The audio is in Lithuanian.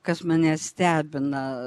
kas mane stebina